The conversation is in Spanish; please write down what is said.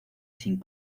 sin